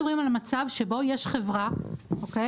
אנחנו מדברים על מצב שבו יש חברה אוקיי?